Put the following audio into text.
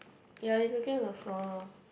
yea it's okay on the floor loh